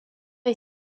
est